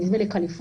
נדמה לי קליפורניה,